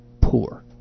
poor